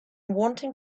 wanting